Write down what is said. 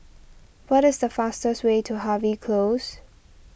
what is the fastest way to Harvey Close